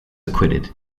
acquitted